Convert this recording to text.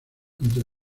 antes